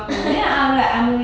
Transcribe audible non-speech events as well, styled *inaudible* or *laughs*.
*laughs*